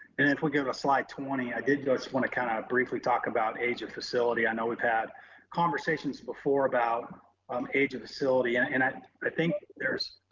and if we go to slide twenty, i did just want to kind of briefly talk about age of facility. i know we've had conversations before about um age of facility and and i i think there's